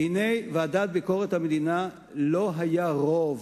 והנה, בוועדה לביקורת המדינה לא היה רוב,